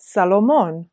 Salomon